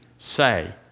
Say